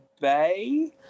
bay